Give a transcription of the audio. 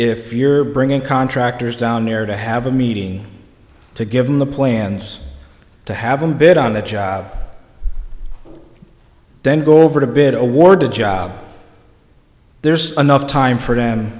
if you're bringing contractors down there to have a meeting to give them the plans to have a bit on the job then go over to bid award a job there's enough time for them